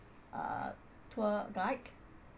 uh tour guide